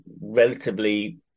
relatively